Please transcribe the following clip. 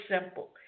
simple